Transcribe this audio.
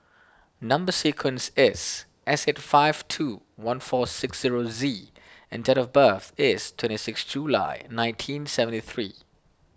Number Sequence is S eight five two one four six zero Z and date of birth is twenty six July nineteen seventy three